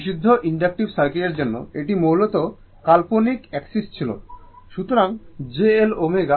বিশুদ্ধ ইনডাকটিভ সার্কিটের জন্য এটি মূলত কাল্পনিক এক্সিসে ছিল সুতরাং j L ω